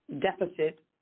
deficit